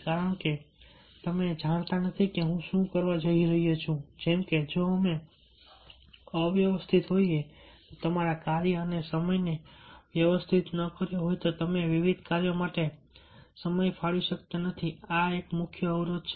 કારણ કે તમે જાણતા નથી કે હું શું કરવા જઈ રહ્યો છું જેમકે જો અમે અવ્યવસ્થિત હોઈએ તમારા કાર્ય અને સમયને વ્યવસ્થિત ન કર્યો હોય તો તમે વિવિધ કાર્યો માટે સમય ફાળવી શકતા નથી અને આ એક મુખ્ય અવરોધ છે